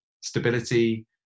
stability